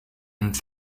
and